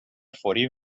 فوری